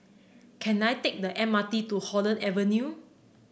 can I take the M R T to Holland Avenue